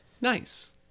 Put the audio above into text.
Nice